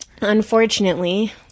unfortunately